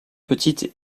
petites